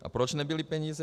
A proč nebyly peníze?